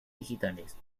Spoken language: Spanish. digitales